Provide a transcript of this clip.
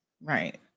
Right